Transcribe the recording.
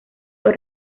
fue